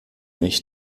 nicht